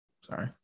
Sorry